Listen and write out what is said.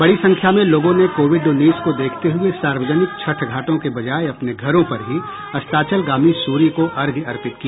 बड़ी संख्या में लोगों ने कोविड उन्नीस को देखते हुए सार्वजनिक छठ घाटों की बजाय अपने घरों पर ही अस्ताचलगामी सूर्य को अर्घ्य अर्पित किया